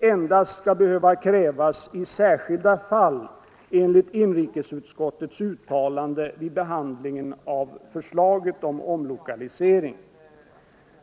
endast skall behöva krävas ”i särskilda fall” enligt inrikesutskottets uttalande vid behandlingen av förslaget om omlokalisering.